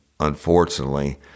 Unfortunately